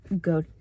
go